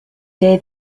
day